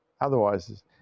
Otherwise